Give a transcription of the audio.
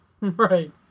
Right